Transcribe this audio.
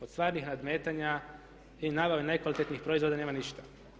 Od stvarnih nadmetanja i nabave nekvalitetnih proizvoda nema ništa.